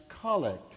collect